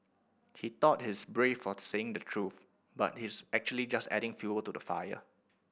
he thought he's brave for saying the truth but he's actually just adding fuel to the fire